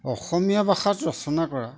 অসমীয়া ভাষাত ৰচনা কৰা